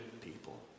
people